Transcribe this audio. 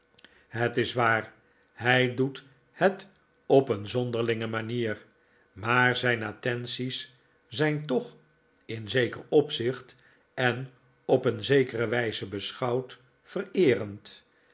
het is waar hij doet het op een zonderlinge manier maar zijn attenties zijn toch in zeker opzicht en op een zekere wijze beschouwd vereerend